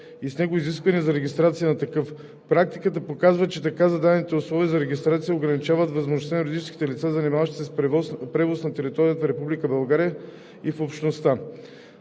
и с него изискванията за регистрация на такъв. Практиката показва, че така зададени, условията за регистрация ограничават възможността на юридически лица, занимаващи се с превоз на територията на Република